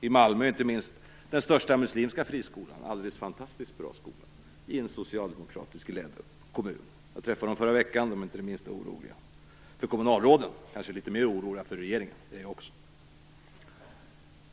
I Malmö inte minst är den största muslimska friskolan en alldeles fantastiskt bra skola i en socialdemokratiskt ledd kommun. Jag träffade representanter för den i förra veckan, och de är inte det minsta oroliga - för kommunalråden. De är kanske litet mer oroliga för regeringen. Det är jag också.